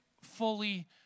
fully